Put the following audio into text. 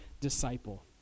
disciple